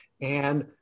and-